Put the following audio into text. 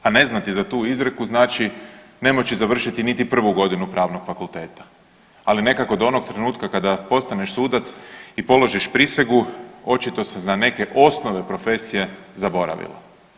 A ne znati za tu izreku ne moći završiti niti prvu godinu Pravnog fakulteta, ali nekako od onog trenutka kad postaneš sudac i položiš prisegu očito se za neke osnovne profesije zaboravilo.